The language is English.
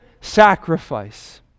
sacrifice